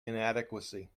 inadequacy